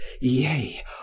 Yea